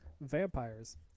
vampires